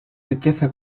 riqueza